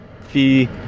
fee